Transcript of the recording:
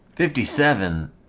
fifty seven